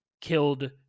killed